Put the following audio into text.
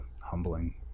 humbling